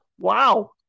wow